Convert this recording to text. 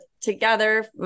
together